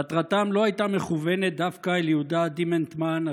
מטרתם לא הייתה מכוונת דווקא אל יהודה דימנטמן,